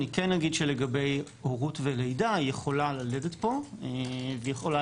אני כן אגיד שלגבי הורות ולידה היא יכולה ללדת פה והיא יכולה